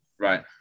Right